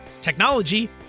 technology